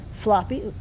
floppy